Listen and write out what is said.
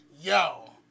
Yo